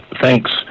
Thanks